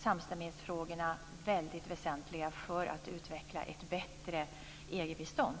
Samstämmighetsfrågorna är också väldigt väsentliga när det gäller att utveckla ett bättre EG-bistånd.